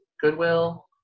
Goodwill